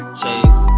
chase